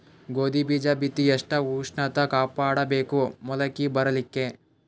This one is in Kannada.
ಗೋಧಿ ಬೀಜ ಬಿತ್ತಿ ಎಷ್ಟ ಉಷ್ಣತ ಕಾಪಾಡ ಬೇಕು ಮೊಲಕಿ ಬರಲಿಕ್ಕೆ?